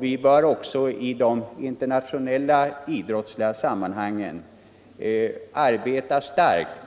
Vi bör också i de internationella idrottssammanhangen med kraft arbeta